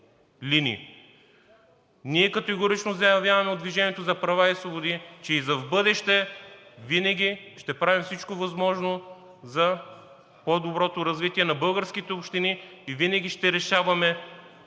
Ние категорично заявяваме от „Движение за права и свободи“, че и за в бъдеще винаги ще правим всичко възможно за по-доброто развитие на българските общини и винаги ще решаваме